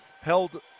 held